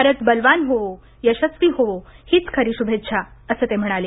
भारत बलवान होवो यशस्वी होवो हीच खरी शुभेच्छा असं ते म्हणाले